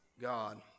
God